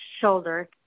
shoulder